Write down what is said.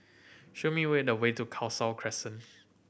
show me way the way to Khalsa Crescent